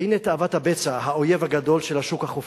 והנה תאוות הבצע, האויב הגדול של השוק החופשי,